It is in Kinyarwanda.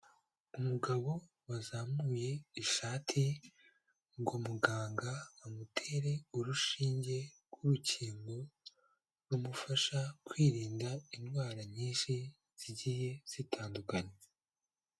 Umugabo wazamuye ishati ngo muganga amutere urushinge rw'urukingo rumufasha kwirinda indwara nyinshi zigiye zitandukanya.